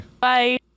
bye